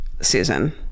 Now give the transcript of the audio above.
Susan